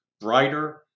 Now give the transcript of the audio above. brighter